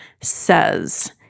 says